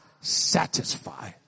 satisfy